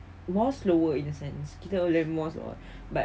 more slower in a sense kita boleh more slow but